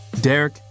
Derek